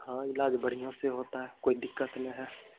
हाँ इलाज बढ़िया से होता है कोई दिक्कत नहीं है